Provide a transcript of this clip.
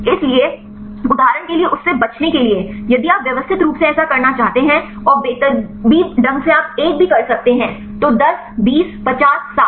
इसलिए उदाहरण के लिए उस से बचने के लिए यदि आप व्यवस्थित रूप से ऐसा करना चाहते हैं और बेतरतीब ढंग से आप 1 भी कर सकते हैं तो 10 20 50 60